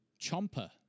Chomper